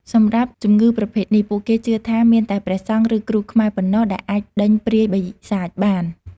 សម្រាប់ជំងឺប្រភេទនេះ ពួកគេជឿថាមានតែព្រះសង្ឃ ឬគ្រូខ្មែរប៉ុណ្ណោះដែលអាចដេញព្រាយបិសាចបាន។